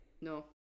no